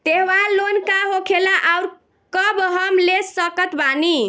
त्योहार लोन का होखेला आउर कब हम ले सकत बानी?